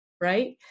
right